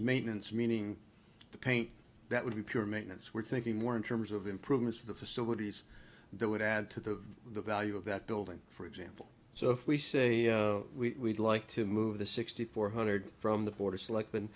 maintenance meaning the paint that would be pure maintenance we're thinking more in terms of improvements to the facilities that would add to the value of that building for example so if we say we like to move the sixty four hundred from the border select